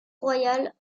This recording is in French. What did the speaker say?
royale